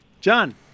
John